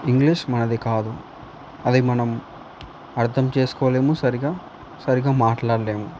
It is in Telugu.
ఇంగ్లీష్ మనది కాదు అది మనం అర్థం చేసుకోలేము సరిగా సరిగా మాట్లాడలేము